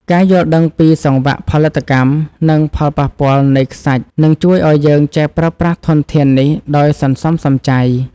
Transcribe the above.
ការយល់ដឹងពីសង្វាក់ផលិតកម្ម និង ផលប៉ះពាល់នៃខ្សាច់នឹងជួយឱ្យយើងចេះប្រើប្រាស់ធនធាននេះដោយសន្សំសំចៃ។